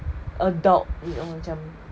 adult you know macam